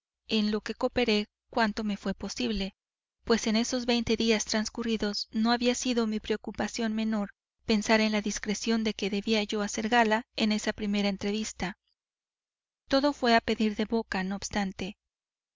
en lo que cooperé cuanto me fué posible pues en esos veinte días transcurridos no había sido mi preocupación menor pensar en la discreción de que debía yo hacer gala en esa primera entrevista todo fué a pedir de boca no obstante